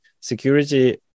security